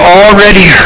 already